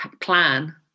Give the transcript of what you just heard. plan